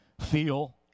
feel